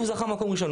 הוא זכה מקום ראשון.